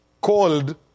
called